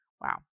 Wow